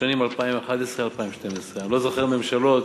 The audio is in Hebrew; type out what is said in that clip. בשנים 2012-2011. אני לא זוכר ממשלות,